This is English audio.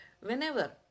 whenever